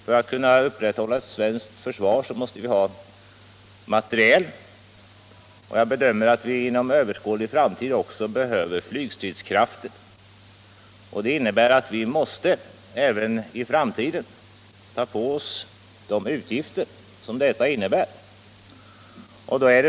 För att kunna upprätthålla ett svenskt försvar måste vi ha materiel, och jag bedömer att vi för överskådlig framtid behöver flygstridskrafter. Detta gör att vi även i framtiden måste ta på oss de utgifter som det här medför.